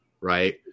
Right